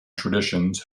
traditions